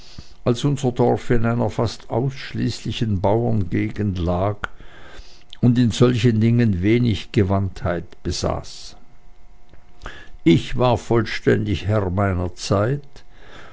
als unser dorf in einer fast ausschließlichen bauerngegend lag und in solchen dingen wenig gewandtheit besaß ich war vollständig herr meiner zeit